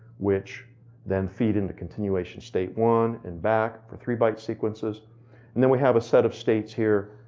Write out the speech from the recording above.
which then feed into continuation state one and back, for three byte sequences and then we have a set of states here,